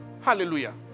Hallelujah